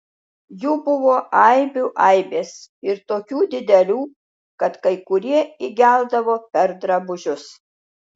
jų buvo aibių aibės ir tokių didelių kad kai kurie įgeldavo per drabužius